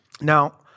Now